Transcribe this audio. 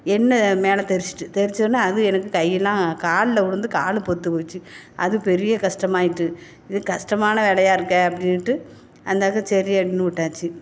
எண்ணெய் மேலே தெரிச்சிட்டு தெரிச்சவுடனே அது எனக்கு கையெல்லாம் காலில் விலுந்து காலு பொத்துப் போச்சி அது பெரிய கஷ்ட்டமாயிட்டு இது கஷ்டமான வேலயா இருக்கே அப்படின்டு அந்தாக்க சரி அப்படினு விட்டாச்சு